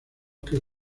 que